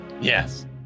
yes